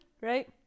right